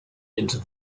into